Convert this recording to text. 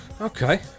Okay